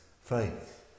faith